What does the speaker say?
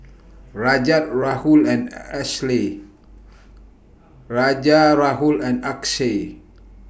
Rajat Rahul and Ashley Rajat Rahul and Akshay